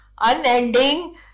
unending